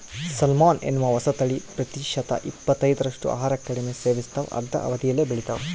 salmon ಎನ್ನುವ ಹೊಸತಳಿ ಪ್ರತಿಶತ ಇಪ್ಪತ್ತೈದರಷ್ಟು ಆಹಾರ ಕಡಿಮೆ ಸೇವಿಸ್ತಾವ ಅರ್ಧ ಅವಧಿಯಲ್ಲೇ ಬೆಳಿತಾವ